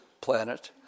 planet